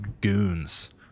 goons